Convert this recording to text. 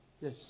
Yes